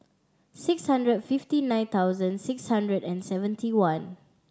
six hundred fifty nine thousand six hundred and seventy one